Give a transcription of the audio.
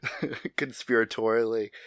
conspiratorially